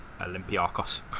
Olympiakos